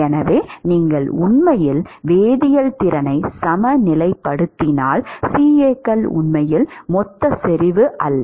எனவே நீங்கள் உண்மையில் வேதியியல் திறனை சமநிலைப்படுத்தினால் CAக்கள் உண்மையில் மொத்த செறிவு அல்ல